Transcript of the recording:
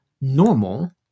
normal